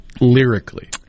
lyrically